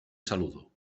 saludo